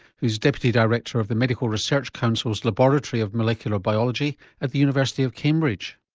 who's deputy director of the medical research council's laboratory of molecular biology at the university of cambridge.